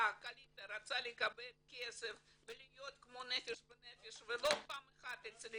קעליטה רצתה לקבל כסף ולהיות כמו נפש בנפש ולא פעם אחת אצלי